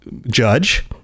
judge